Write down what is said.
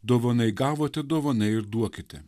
dovanai gavote dovanai ir duokite